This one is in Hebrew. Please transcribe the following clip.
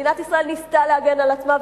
מדינת ישראל ניסתה להגן על עצמה,